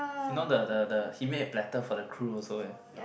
you know the the the he make a platter for the crew also eh